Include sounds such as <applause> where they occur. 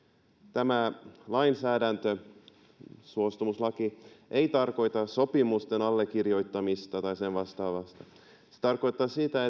tämä lainsäädäntö suostumuslaki ei tarkoita sopimusten allekirjoittamista tai vastaavaa se tarkoittaa sitä <unintelligible>